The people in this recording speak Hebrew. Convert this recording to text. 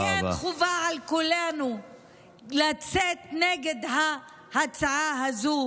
לכן כן, חובה על כולנו לצאת נגד ההצעה הזאת,